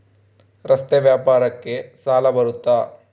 ರಸ್ತೆ ವ್ಯಾಪಾರಕ್ಕ ಸಾಲ ಬರುತ್ತಾ?